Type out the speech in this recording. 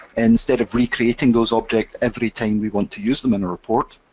and instead of recreating those objects every time we want to use them in a report,